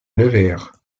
nevers